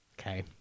okay